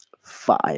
Five